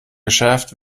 geschärft